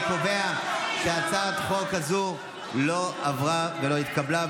אני קובע שהצעת החוק הזו לא עברה ולא התקבלה.